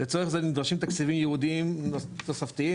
לצורך זה נדרשים תקציבים ייעודיים תוספתיים